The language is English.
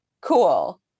Cool